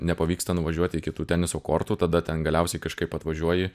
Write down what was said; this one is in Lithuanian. nepavyksta nuvažiuoti iki tų teniso kortų tada ten galiausiai kažkaip atvažiuoji